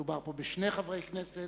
מדובר פה בשני חברי כנסת,